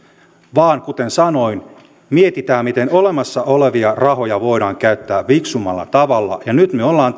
vaan kuten sanoin mietitään miten olemassa olevia rahoja voidaan käyttää fiksummalla tavalla nyt me olemme